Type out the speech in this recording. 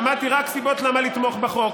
שמעתי רק סיבות למה לתמוך בחוק.